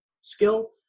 skill